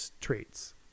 traits